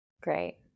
Great